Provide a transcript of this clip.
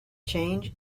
change